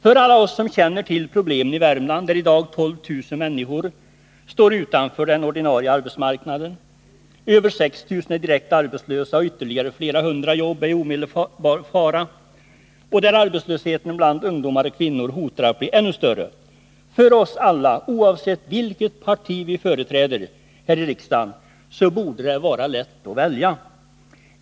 För alla oss som känner till problemen i Värmland, där i dag 12 000 människor står utanför den ordinarie arbetsmarknaden, där över 6 000 är direkt arbetslösa och ytterligare flera hundra jobb är i omedelbar fara och där arbetslösheten bland ungdomar och kvinnor hotar att bli ännu större — för oss alla, oavsett vilket parti vi företräder här i riksdagen — borde det vara lätt att välja.